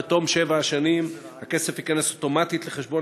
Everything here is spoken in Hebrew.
בתום שבע השנים הכסף ייכנס אוטומטית לחשבון